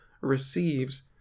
receives